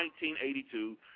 1982